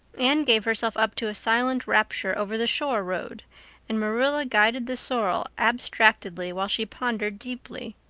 anne gave herself up to a silent rapture over the shore road and marilla guided the sorrel abstractedly while she pondered deeply.